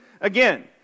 again